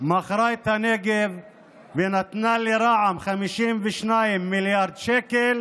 מכרה את הנגב ונתנה לרע"מ 52 מיליארד שקל,